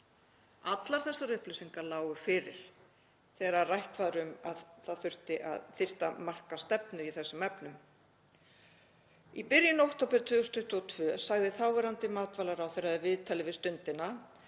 Allar þessar upplýsingar lágu fyrir þegar rætt var um að það þyrfti að marka stefnu í þessum efnum. Í byrjun október 2022 sagði þáverandi matvælaráðherra í viðtali við Stundina